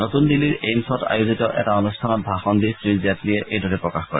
নতুন দিল্লীৰ এইমছত আয়োজিত এটা অনুষ্ঠানত ভাষণ দি শ্ৰী জেটলীয়ে এইদৰে প্ৰকাশ কৰে